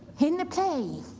in the play,